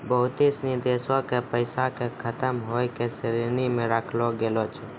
बहुते सिनी देशो के पैसा के खतम होय के श्रेणी मे राखलो गेलो छै